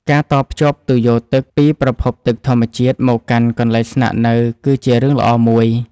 ការតភ្ជាប់ទុយោទឹកពីប្រភពទឹកធម្មជាតិមកកាន់កន្លែងស្នាក់នៅ គឺជារឿងល្អមួយ។